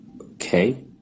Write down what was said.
Okay